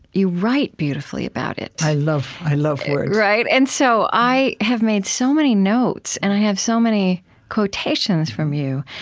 you write beautifully about it i love i love words right. and so i have made so many notes, and i have so many quotations from you.